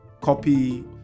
copy